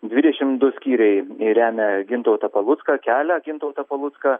dvidešimt du skyriai remia gintautą palucką kelia gintautą palucką